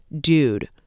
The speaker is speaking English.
dude